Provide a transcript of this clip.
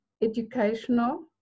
educational